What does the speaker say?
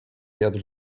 wiatr